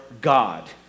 God